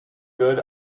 good